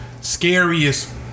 scariest